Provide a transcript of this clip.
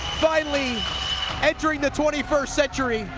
finally entering the twenty first century.